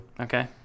Okay